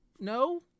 No